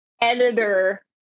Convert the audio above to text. editor